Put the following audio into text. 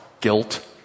guilt